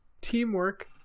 teamwork